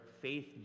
faith